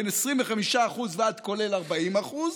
מ-25% ועד 40%,